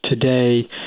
today